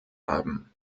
haben